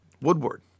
Woodward